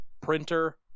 printer